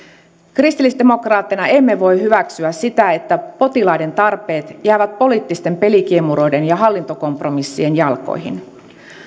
kristillisdemokraatteina emme voi hyväksyä sitä että potilaiden tarpeet jäävät poliittisten pelikiemuroiden ja hallintokompromissien jalkoihin